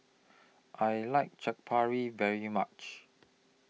I like Chaat Papri very much